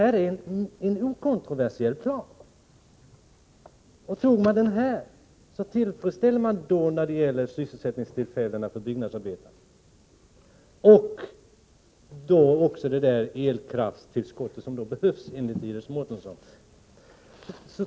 Det är en okontroversiell plan, och om vi antog den skulle vi tillfredsställa behovet av sysselsättningstillfällen för byggnadsarbetarna och även klara det elkraftstillskott som behövs enligt Iris Mårtensson.